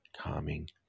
calming